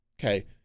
okay